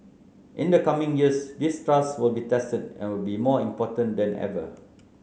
in the coming years this trust will be tested and will be more important than ever